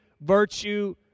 virtue